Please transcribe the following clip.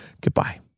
Goodbye